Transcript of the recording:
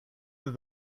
that